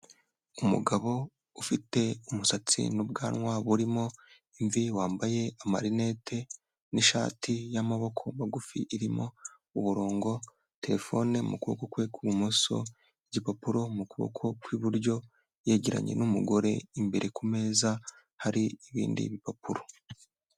Umugabo ufite umusatsi n'ubwanwa burimo imvi, wambaye amarinete n'ishati y'amaboko magufi irimo uburongo, terefone mu kuboko kwe kw'imoso, igipapuro mu kuboko kw'iburyo yegeranye n'umugore imbere ku meza hari ibindi bipapuro.